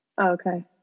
Okay